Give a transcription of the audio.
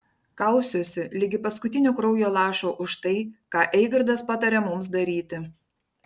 kausiuosi ligi paskutinio kraujo lašo už tai ką eigirdas patarė mums daryti